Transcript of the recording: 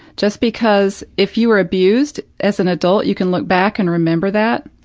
just because if you were abused, as an adult you can look back and remember that,